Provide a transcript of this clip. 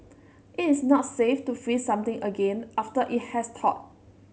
it is not safe to freeze something again after it has thawed